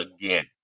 again